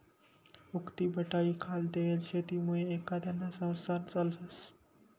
उक्तीबटाईखाल देयेल शेतीमुये एखांदाना संसार चालस